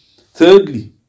Thirdly